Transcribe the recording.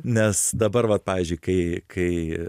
nes dabar vat pavyzdžiui kai kai